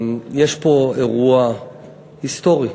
יש פה אירוע היסטורי,